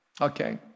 Okay